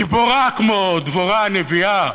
גיבורה כמו דבורה הנביאה,